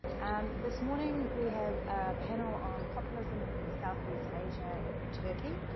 um this morning, we have a panel on populism in southeast asia and turkey.